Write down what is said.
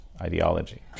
ideology